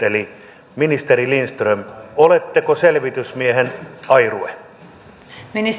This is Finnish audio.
eli ministeri lindström oletteko selvitysmiehen airut